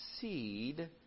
seed